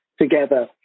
together